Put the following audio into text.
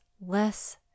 less